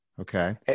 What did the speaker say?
Okay